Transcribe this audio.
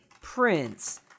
Prince